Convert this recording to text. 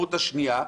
האפשרות השנייה,